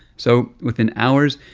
so within hours,